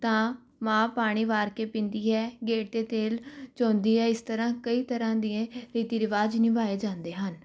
ਤਾਂ ਮਾਂ ਪਾਣੀ ਵਾਰ ਕੇ ਪੀਂਦੀ ਹੈ ਗੇਟ 'ਤੇ ਤੇਲ ਚੋਂਦੀ ਹੈ ਇਸ ਤਰ੍ਹਾਂ ਕਈ ਤਰ੍ਹਾਂ ਦੇ ਰੀਤੀ ਰਿਵਾਜ ਨਿਭਾਏ ਜਾਂਦੇ ਹਨ